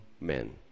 men